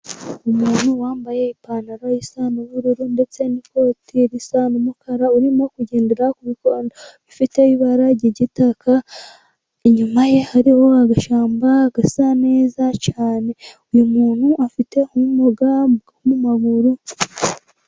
Umuntu wambaye ipantaro isa n'ubururu, ndetse n'ikoti risa n'umukara, urimo kugendera ku bikoni bifite ibara ry'igitaka, inyuma ye hariho agashyamba gasa neza cyane. Uyu muntu afite ubumuga bw'amaguru.